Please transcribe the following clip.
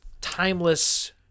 timeless